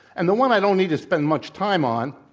and the one i don't need to spend much time on,